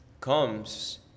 comes